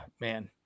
man